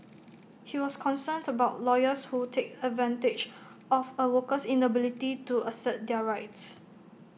he was concerned about lawyers who take advantage of A worker's inability to assert their rights